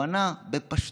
הוא ענה בפשטות